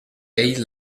ell